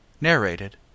Narrated